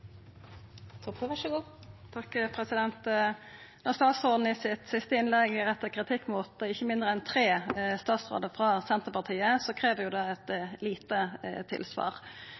Når statsråden i sitt siste innlegg rettar kritikk mot ikkje mindre enn tre statsrådar frå Senterpartiet, krev det eit lite tilsvar.